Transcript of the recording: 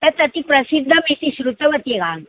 तत् अति प्रसिद्धमिति श्रुतवती वा